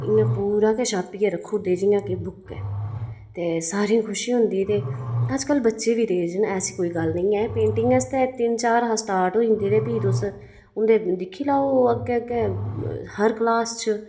इ'यां पूरा गै छापियै रक्खी ओड़दे जि'यां कि बुक्क ऐ ते सारें गी खुशी होंदी ते अजकल्ल बच्चे बी तेज न ऐसी गल्ल कोई निं ऐ पेंटिंग आस्तै तिन्न चार दा स्टार्ट होई जंदे ते फ्ही तुस उं'दे दिक्खी लैओ अग्गें अग्गें हर कलास च